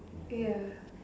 ya